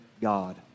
God